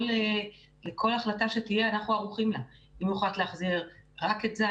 כל החלטה שתהיה אנחנו ערוכים לה - אם יוחלט להחזיר רק את ז',